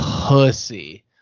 Pussy